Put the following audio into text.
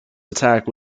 attack